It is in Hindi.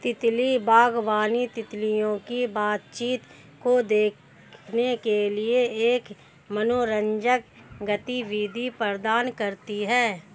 तितली बागवानी, तितलियों की बातचीत को देखने के लिए एक मनोरंजक गतिविधि प्रदान करती है